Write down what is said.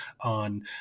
on